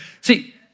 See